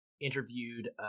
interviewed